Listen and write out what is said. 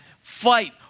fight